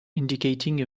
indicating